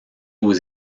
aux